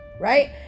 right